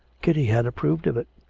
kitty had approved of it.